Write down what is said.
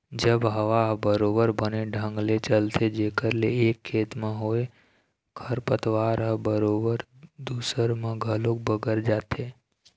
जब हवा ह बरोबर बने ढंग ले चलथे जेखर ले एक खेत म होय खरपतवार ह बरोबर दूसर म घलोक बगर जाथे